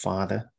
Father